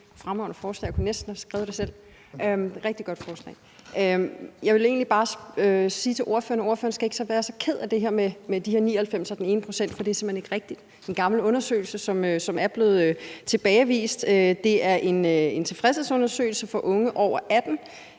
Jeg vil egentlig bare sige til ordføreren, at ordføreren ikke skal være så ked af det, der bliver sagt om de 99 pct. og den ene procent, for det er simpelt hen ikke rigtigt. Det er en gammel undersøgelse, som er blevet tilbagevist. Det er en tilfredshedsundersøgelse, man har